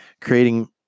creating